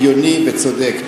הגיוני וצודק.